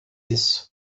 isso